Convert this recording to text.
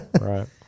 right